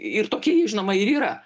ir tokie jie žinoma ir yra